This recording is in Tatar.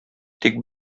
тик